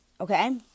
okay